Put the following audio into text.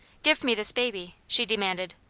give me this baby, she demanded.